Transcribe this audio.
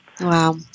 Wow